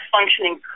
Functioning